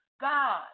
God